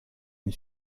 une